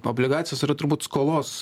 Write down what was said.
obligacijos yra turbūt skolos